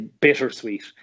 bittersweet